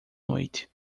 noite